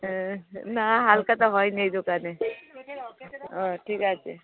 হ্যাঁ না হালখাতা হয় না এই দোকানে ও ঠিক আছে